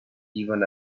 even